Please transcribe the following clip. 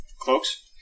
cloaks